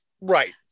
Right